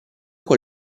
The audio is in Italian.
con